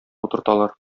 утырталар